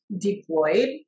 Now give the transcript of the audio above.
deployed